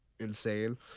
insane